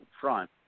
front